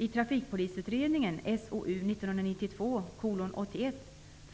I Trafikpolisutredningen